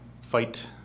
fight